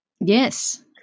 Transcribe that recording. Yes